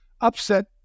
upset